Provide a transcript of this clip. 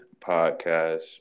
podcast